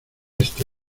este